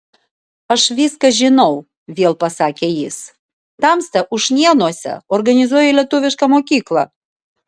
aš viską žinau vėl pasakė jis tamsta ušnėnuose organizuoji lietuvišką mokyklą